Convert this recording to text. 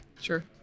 sure